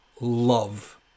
love